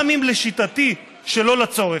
גם אם לשיטתי שלא לצורך.